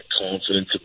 confidence